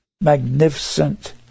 magnificent